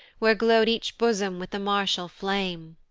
where glow'd each bosom with the martial flame.